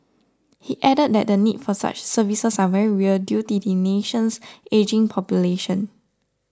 he added that the need for such services are very real due to the nation's ageing population